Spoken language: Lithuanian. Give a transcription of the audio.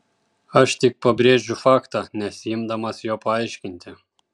aš tik pabrėžiu faktą nesiimdamas jo paaiškinti